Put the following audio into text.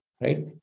right